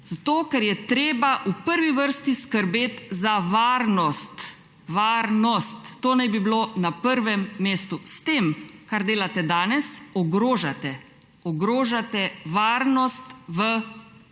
Zato, ker je treba v prvi vrsti skrbet za varnost. Varnost! To naj bi bilo na prvem mestu. S tem, kar delate danes, ogrožate varnost v